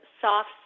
soft